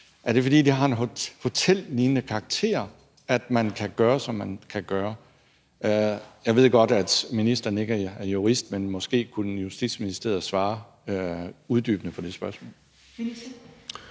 Er det, fordi de har en hotellignende karakter, at man kan gøre, som man kan gøre? Jeg ved godt, at ministeren ikke er jurist, men måske kunne Justitsministeriet svare uddybende på det spørgsmål.